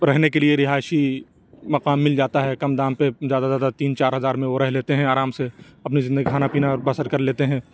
رہنے کے لیے رہائشی مکان مل جاتا ہے کم دام پہ زیادہ سے زیادہ تین چار ہزار میں وہ رہ لیتے ہیں آرام سے اپنی زندگی کھانا پینا بسر کر لیتے ہیں